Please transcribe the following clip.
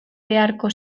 beharko